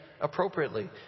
appropriately